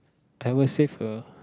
I will save uh